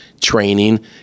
training